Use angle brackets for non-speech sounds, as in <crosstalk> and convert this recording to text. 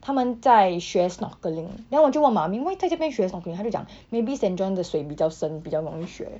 他们在学 snorkeling then 我就问妈咪 why 在这边学 snorkeling 她就讲 <breath> maybe saint john 的水比较深比较容易学